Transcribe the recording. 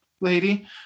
lady